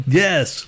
yes